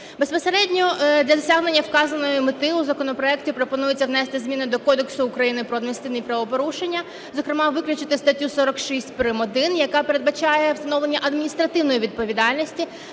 Безпосередньо для досягнення вказаної мети у законопроекті пропонується внести зміни до Кодексу України про адміністративні правопорушення, зокрема виключити статтю 46 прим.1, яка передбачає встановлення адміністративної відповідальності